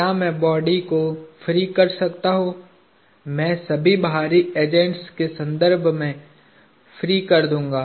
क्या मैं बॉडी को फ्री कर सकता हूं मैं सभी बाहरी एजेंट्स के सन्दर्भ में फ्री कर दूंगा